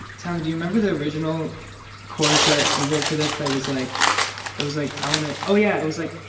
tommy, do you remember the original chorus that we wrote for this that was, like it was like, i want to oh, yeah. it was like.